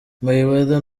mayweather